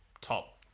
top